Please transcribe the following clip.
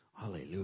Hallelujah